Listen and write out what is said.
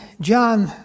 john